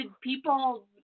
people